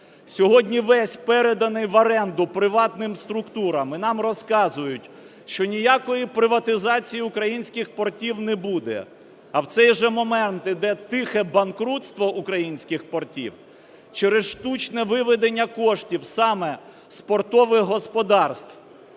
сьогодні весь переданий в оренду приватним структурам, і нам розказують, що ніякої приватизації українських портів не буде. А в цей же момент іде тихе банкрутство українських портів через штучне виведення коштів саме з портових господарств.